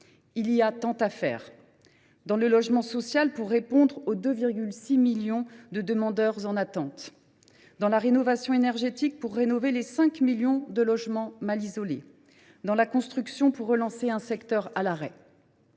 Il y a tant à faire : dans le logement social, pour répondre aux 2,6 millions de demandeurs en attente ; dans la rénovation énergétique, pour rénover les 5 millions de logements mal isolés ; dans la construction, pour relancer un secteur à l’arrêt.